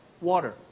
water